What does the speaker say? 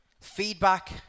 Feedback